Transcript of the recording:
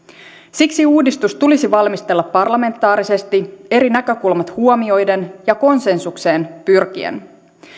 siksi uudistus tulisi valmistella parlamentaarisesti eri näkökulmat huomioiden ja konsensukseen pyrkien